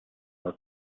were